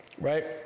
Right